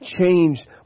changed